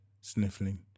sniffling